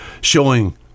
showing